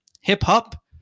Hip-Hop